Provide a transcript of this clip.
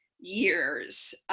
years